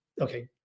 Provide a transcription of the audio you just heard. okay